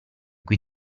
cui